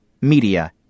Media